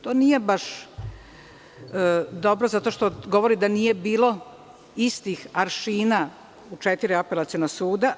To nije baš dobro, zato što govori da nije bilo istih aršina u četiri apelaciona suda.